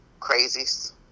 Crazies